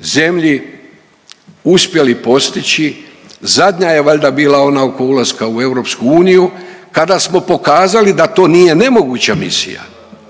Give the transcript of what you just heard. zemlji uspjeli postići. Zadnja je valjda bila ona oko ulaska u EU kada smo pokazali da to nije moguća misija,